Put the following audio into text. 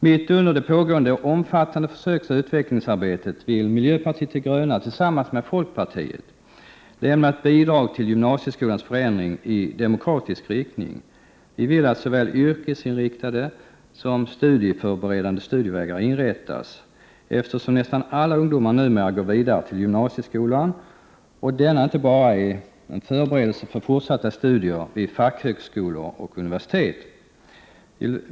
Mitt under det pågående omfattande försöksoch utvecklingsarbetet vill miljöpartiet de gröna tillsammans med folkpartiet lämna ett bidrag till gymnasieskolans förändring i demokratisk riktning. Vi vill att såväl yrkesinriktade som studieförberedande studievägar inrättas, eftersom nästan alla ungdomar numera går vidare till gymnasieskolan och denna inte bara är en förberedelse för fortsatta studier vid fackhögskolor och universitet.